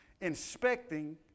inspecting